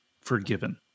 forgiven